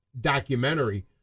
documentary